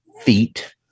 feet